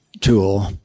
tool